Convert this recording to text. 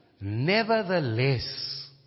Nevertheless